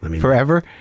Forever